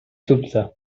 dubte